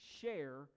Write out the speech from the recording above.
share